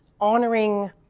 honoring